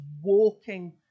walking